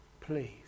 please